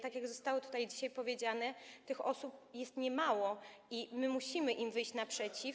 Tak jak zostało tutaj dzisiaj powiedziane, tych osób jest niemało i my musimy im wyjść naprzeciw.